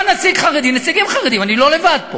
בא נציג חרדי, נציגים חרדים, אני לא לבד פה,